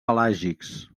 pelàgics